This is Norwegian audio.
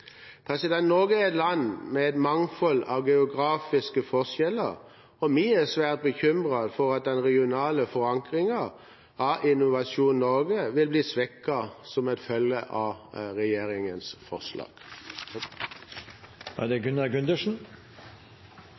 Norge er et land med et mangfold av geografiske forskjeller, og vi er svært bekymret for at den regionale forankringen av Innovasjon Norge vil bli svekket som en følge av regjeringens forslag. Det kom noen påstander i det